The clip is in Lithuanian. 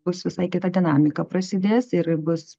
bus visai kita dinamika prasidės ir bus